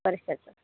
वर्षाचं